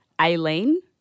Aileen